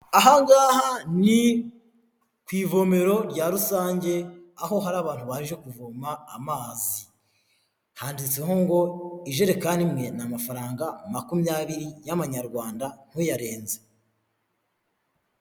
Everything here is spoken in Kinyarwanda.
Aha ngaha ni ku ivomero rya rusange aho hari abantu baje kuvoma amazi handitseho ngo ijerekani imwe ni amafaranga makumyabiri y'amanyarwanda ntuyarenze.